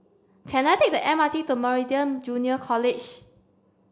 can I take the M R T to Meridian Junior College